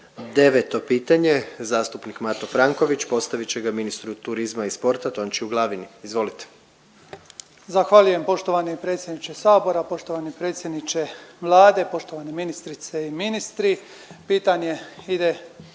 9. pitanje zastupnik Mato Franković postavit će ga ministru turizma i sporta Tončiju Glavini, izvolite. **Franković, Mato (HDZ)** Zahvaljujem poštovani predsjedniče sabora, poštovani predsjedniče Vlade, poštovane ministrice i ministri. Pitanje ide